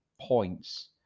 points